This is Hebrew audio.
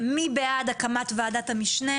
מי בעד הקמת ועדת המשנה?